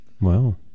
Wow